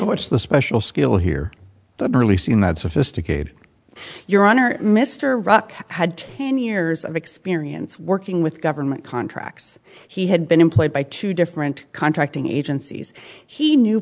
what's the special skill here releasing that sophisticated your honor mr rock had ten years of experience working with government contracts he had been employed by two different contracting agencies he knew